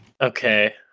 Okay